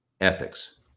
ethics